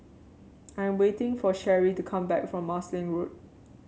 I'm waiting for Sheree to come back from Marsiling Road